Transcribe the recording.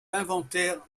inventaires